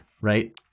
right